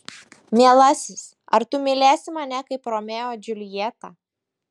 mielasis ar tu mylėsi mane kaip romeo džiuljetą